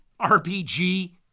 RPG